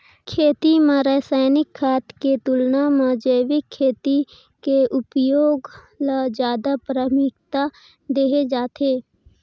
खेती म रसायनिक खाद के तुलना म जैविक खेती के उपयोग ल ज्यादा प्राथमिकता देहे जाथे